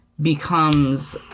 becomes